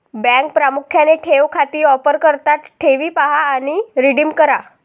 बँका प्रामुख्याने ठेव खाती ऑफर करतात ठेवी पहा आणि रिडीम करा